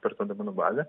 ekspertų duomenų bazė